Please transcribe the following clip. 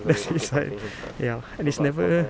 that's it's like ya and it's never